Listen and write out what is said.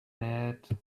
that